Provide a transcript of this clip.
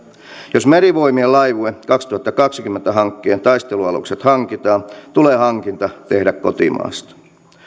jos merivoimien laivue kaksituhattakaksikymmentä hankkeen taistelualukset hankitaan tulee hankinta tehdä kotimaasta